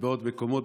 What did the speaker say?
ובעוד מקומות,